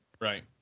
Right